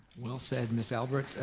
well said miss albert,